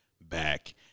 back